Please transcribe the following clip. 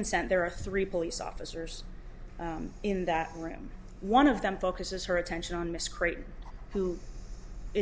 consent there are three police officers in that room one of them focuses her attention on miscreate who